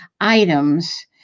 items